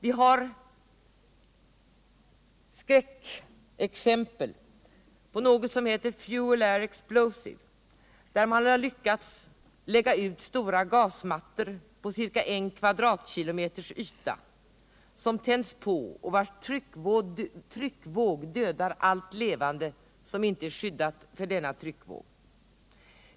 Vi har skräckexempel på något som heter fucl air explosive, där man har lyckats lägga ut stora gasmattor på ca en kvadratkilometers yta, som tänds på och vars tryckvåg dödar allt levande som inte är skyddat för denna tryckvåg.